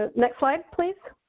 ah next slide, please.